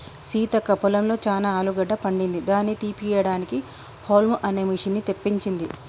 సీతక్క పొలంలో చానా ఆలుగడ్డ పండింది దాని తీపియడానికి హౌల్మ్ అనే మిషిన్ని తెప్పించింది